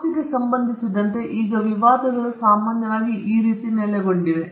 ಆಸ್ತಿಗೆ ಸಂಬಂಧಿಸಿದಂತೆ ಈಗ ವಿವಾದಗಳು ಸಾಮಾನ್ಯವಾಗಿ ಈ ರೀತಿ ನೆಲೆಗೊಂಡಿದೆ